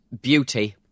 beauty